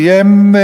כי הם,